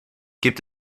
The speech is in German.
gibt